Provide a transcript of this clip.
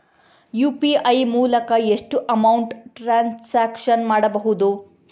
UPI ಮೂಲಕ ಎಷ್ಟು amount transaction ಮಾಡಬಹುದು?